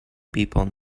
people